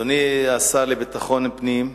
אדוני השר לביטחון הפנים,